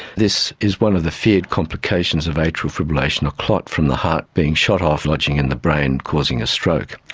this is one of the feared complications of atrial fibrillation a clot from the heart being shot off, lodging in the brain, causing a stroke.